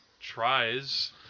tries